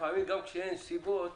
לפעמים גם כשאין סיבות